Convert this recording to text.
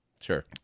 Sure